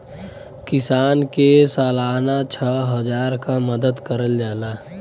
किसान के सालाना छः हजार क मदद करल जाला